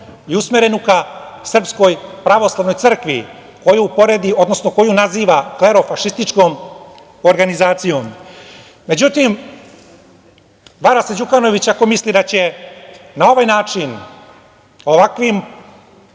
i usmerenu ka SPC koju poredi, odnosno koju naziva klero-fašističkom organizacijom.Međutim, vara se Đukanović ako misli da će na ovaj način, ovakvim